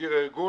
מזכיר הארגון,